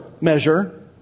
measure